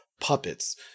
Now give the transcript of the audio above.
puppets